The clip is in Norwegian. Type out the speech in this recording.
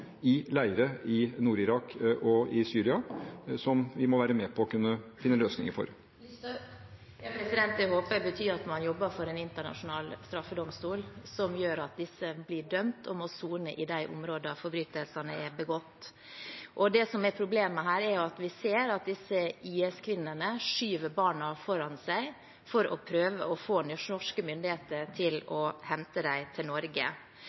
vi må være med på å kunne finne løsninger for. Det håper jeg betyr at man jobber for en internasjonal straffedomstol som gjør at disse blir dømt og må sone i de områdene forbrytelsene er begått. Det som er problemet her, er at vi ser at disse IS-kvinnene skyver barna foran seg for å prøve å få norske myndigheter til å hente dem til Norge.